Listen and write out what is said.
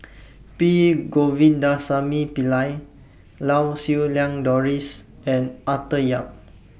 P Govindasamy Pillai Lau Siew Lang Doris and Arthur Yap